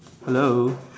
hello